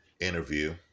interview